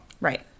Right